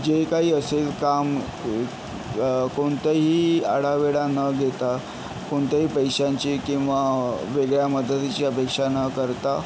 जे काही असेल काम कोणतंही आढावेढा न घेता कोणत्याही पैशांची किंवा वेगळ्या मदतीची अपेक्षा न करता